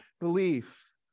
belief